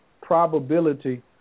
probability